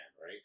right